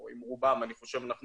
עם רובם לדעתי,